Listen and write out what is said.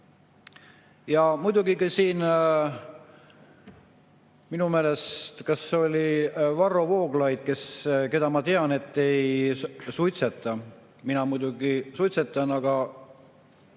Ja muidugi ka siin, minu meelest [seda ütles] Varro Vooglaid, keda ma tean, et ei suitseta. Mina muidugi suitsetan, aga